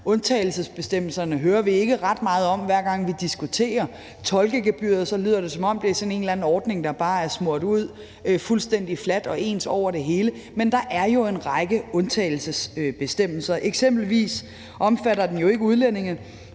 Undtagelsesbestemmelserne hører vi ikke ret meget om. Hver gang vi diskuterer tolkegebyret, lyder det, som om det er sådan en eller anden ordning, der bare er smurt ud fuldstændig fladt og ens over det hele, men der er jo en række undtagelsesbestemmelser. Eksempelvis omfatter den ikke udlændinge,